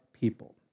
people